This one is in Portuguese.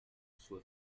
sua